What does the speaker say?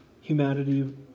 humanity